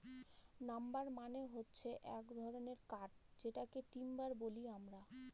number মানে হচ্ছে এক ধরনের কাঠ যেটাকে টিম্বার বলি আমরা